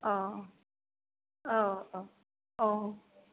औ औ औ औ